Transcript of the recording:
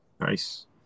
Nice